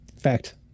Fact